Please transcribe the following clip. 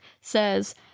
says